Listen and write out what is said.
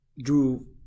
drew